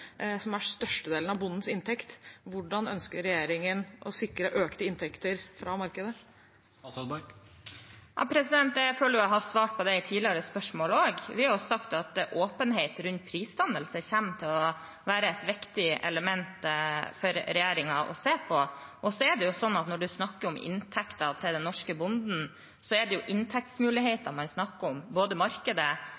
som er størstedelen av bondens inntekt – hvordan ønsker regjeringen å sikre økte inntekter fra markedet? Jeg føler at jeg har svart på det, også ved tidligere spørsmål. Vi har sagt at åpenhet rundt prisdannelse kommer til å være et viktig element for regjeringen å se på. Når man snakker om inntekter til den norske bonden, er det